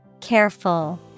Careful